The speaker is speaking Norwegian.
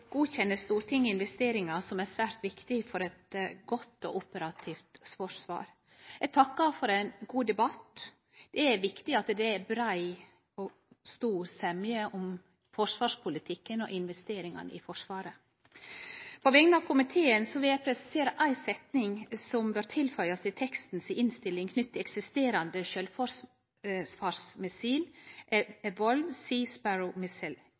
godkjenner Stortinget investeringar som er svært viktige for eit godt og operativt forsvar. Eg takkar for ein god debatt. Det er viktig at det er brei og stor semje om forsvarspolitikken og investeringane i Forsvaret. På vegner av komiteen vil eg presisere ei setning som bør tilføyast i teksten i innstillinga knytt til eksisterande